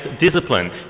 discipline